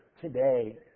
today